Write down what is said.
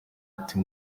bati